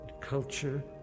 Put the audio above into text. culture